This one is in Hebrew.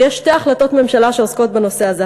ויש שתי החלטות ממשלה שעוסקות בנושא הזה,